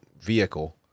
vehicle